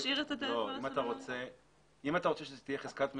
אם אתה רוצה שתהיה חזקת מסירה,